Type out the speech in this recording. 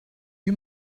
you